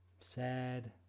Sad